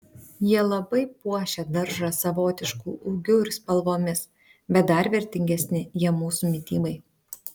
jie labai puošia daržą savotišku ūgiu ir spalvomis bet dar vertingesni jie mūsų mitybai